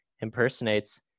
impersonates